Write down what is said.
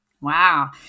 Wow